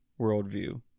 worldview